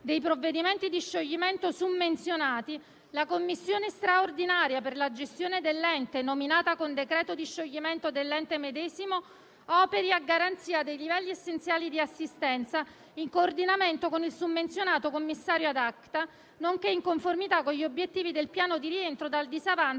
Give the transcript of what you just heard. dei provvedimenti di scioglimento summenzionati, la commissione straordinaria per la gestione dell'ente, nominata con decreto di scioglimento dell'ente medesimo, operi a garanzia dei livelli essenziali di assistenza, in coordinamento con il summenzionato commissario *ad acta*, nonché in conformità con gli obiettivi del piano di rientro dal disavanzo